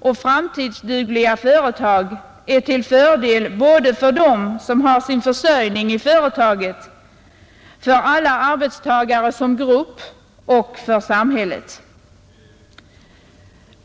och framtidsdugliga företag är till fördel både för dem som har sin försörjning i företaget, för alla arbetstagare som grupp och för samhället.